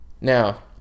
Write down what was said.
now